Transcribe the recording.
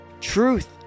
Truth